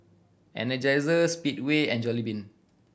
Energizer Speedway and Jollibean